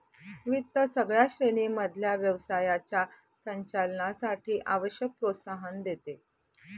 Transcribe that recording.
वित्त सगळ्या श्रेणी मधल्या व्यवसायाच्या संचालनासाठी आवश्यक प्रोत्साहन देते